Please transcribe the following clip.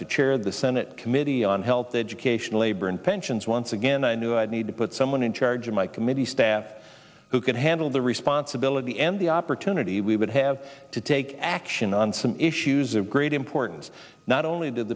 to chair the senate committee on health education labor and pensions once again i knew i'd need to put someone in charge of my committee staff who could handle the responsibility and the opportunity we would have to take action on some issues of great importance not only